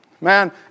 man